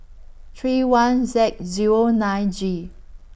three one Z Zero nine G